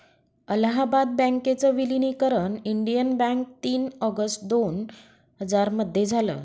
अलाहाबाद बँकेच विलनीकरण Indian bank तीन ऑगस्ट दोन हजार मध्ये झालं